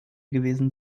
gewesen